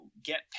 get